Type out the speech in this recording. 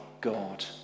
God